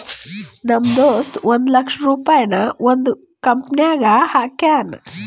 ನಮ್ ದೋಸ್ತ ಒಂದ್ ಲಕ್ಷ ರುಪಾಯಿ ಒಂದ್ ಕಂಪನಿನಾಗ್ ಹಾಕ್ಯಾನ್